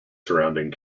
surrounding